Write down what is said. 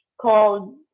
called